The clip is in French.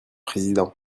président